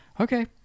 okay